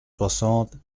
soixante